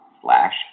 slash